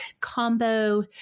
combo